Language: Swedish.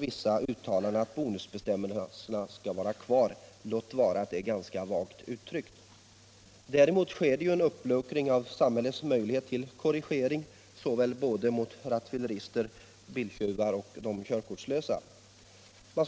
vissa uttalanden görs om att bonusbestämmelsen skall vara kvar, låt vara att det är ganska vagt uttryckt. Däremot sker det en uppluckring av samhällets möjlighet till korrigering mot rattfyllerister, biltjuvar och körkortslösa förare.